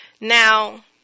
Now